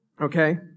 Okay